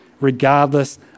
regardless